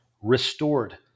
restored